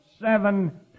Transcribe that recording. seven